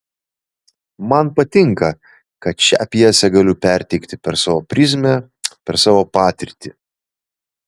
man patinka kad šią pjesę galiu perteikti per savo prizmę per savo patirtį